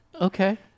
Okay